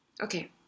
okay